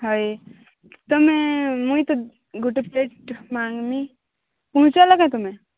ହଏ ତମେ ମୁଇଁ ତ ଗୋଟେ ପ୍ଲେଟ୍ ମାଗିଲି ଭୁଲି ତ ଗଲ ତମେ